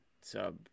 sub